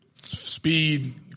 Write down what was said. speed